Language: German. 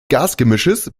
gasgemischs